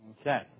Okay